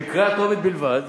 בקריאה טרומית בלבד,